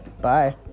Bye